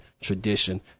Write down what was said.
tradition